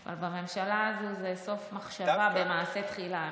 אבל בממשלה הזאת זה סוף מחשבה במעשה תחילה,